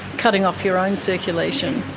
cutting off your own circulation.